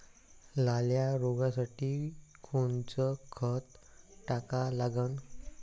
लाल्या रोगासाठी कोनचं खत टाका लागन?